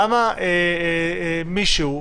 למה מישהו,